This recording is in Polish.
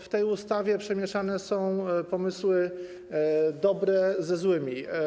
W tej ustawie przemieszane są pomysły dobre ze złymi.